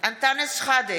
אנטאנס שחאדה,